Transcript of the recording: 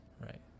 Right